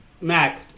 Mac